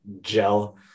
gel